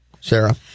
Sarah